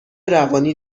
روانی